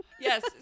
yes